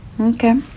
Okay